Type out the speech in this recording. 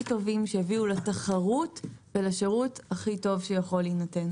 טובים שיביאו לתחרות ולשירות הכי טוב שיכול להינתן.